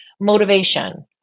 motivation